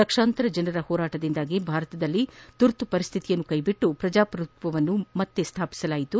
ಲಕ್ಷಾಂತರ ಜನರ ಹೋರಾಟದಿಂದಾಗಿ ಭಾರತದಲ್ಲಿ ತುರ್ತು ಪರಿಸ್ನಿತಿಯನ್ನು ಕೈಬಿಟ್ಟು ಪ್ರಜಾಪ್ರಭುತ್ವವನ್ನು ಮರುಸ್ಥಾಪಿಸಲಾಯಿತು